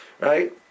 right